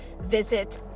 Visit